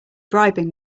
bribing